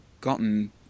gotten